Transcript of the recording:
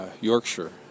Yorkshire